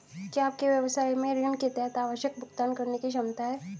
क्या आपके व्यवसाय में ऋण के तहत आवश्यक भुगतान करने की क्षमता है?